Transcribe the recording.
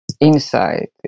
inside